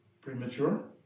Premature